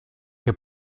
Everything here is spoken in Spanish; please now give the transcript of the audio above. que